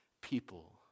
people